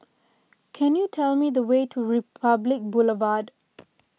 can you tell me the way to Republic Boulevard